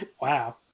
Wow